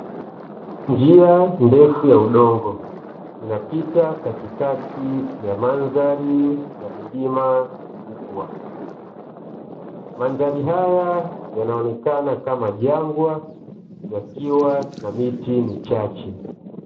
Njia ndefu ya udongo inapita katikati ya mandhari ya milima mikubwa. Mandhari haya yanaonekana kama jangwa ikiwa na miti michache.